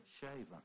shaven